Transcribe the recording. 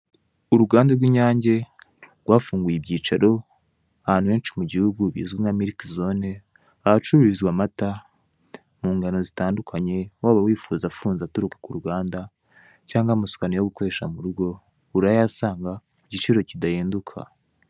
Uruganda rw'Inyange rwafunguye ibyicaro ahantu henshi mu gihugu izwi nka miliki zone ahacururizwa amata mu ngano ziandukanye, waba wifuza afunze aturuka ku ruganda cyangwa amasukano yo gukoresha mu rugo urayahanga ku giciro kidahinduka.